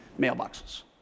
mailboxes